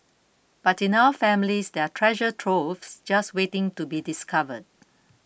but in our families there are treasure troves just waiting to be discovered